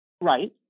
Right